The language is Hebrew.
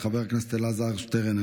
חבר הכנסת אלעזר שטרן,